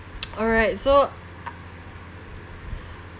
alright so